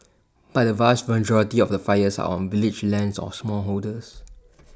but the vast majority of the fires are on village lands or smallholders